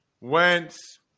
Wentz